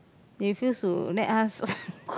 they refuse to let us